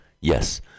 Yes